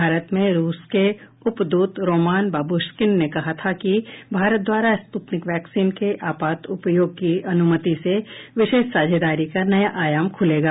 भारत में रूस के उप दूत रोमान बाबुश्किन ने कहा था कि भारत द्वारा स्पुतनिक वैक्सीन के आपात उपयोग की अनुमति से विशेष साझेदारी का नया आयाम खुलेगा